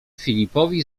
filipowi